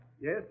Yes